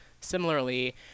Similarly